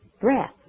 breath